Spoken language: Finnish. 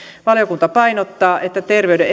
valiokunta painottaa että terveyden